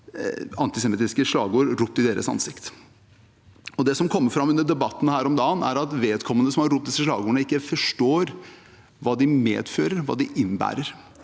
antisemittiske slagord ropt opp i ansiktet. Det som kom fram under Debatten her om dagen, er at vedkommende som har ropt disse slagordene, ikke forstår hva de medfører, hva de innebærer.